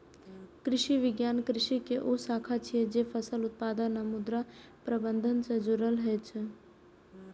कृषि विज्ञान कृषि के ऊ शाखा छियै, जे फसल उत्पादन आ मृदा प्रबंधन सं जुड़ल होइ छै